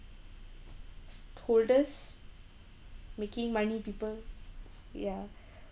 holders making money people ya